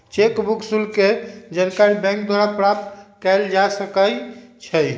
cheque book शुल्क के जानकारी बैंक द्वारा प्राप्त कयल जा सकइ छइ